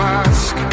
ask